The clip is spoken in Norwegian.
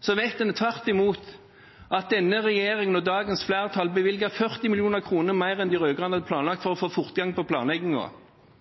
Så vet en tvert imot at denne regjeringen og dagens flertall bevilger 40 mill. kr mer enn de rød-grønne hadde planlagt,